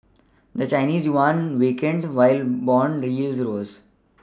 the Chinese yuan weakened while bond the yields rose